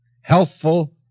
Healthful